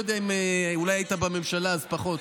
אולי היית בממשלה, אז פחות.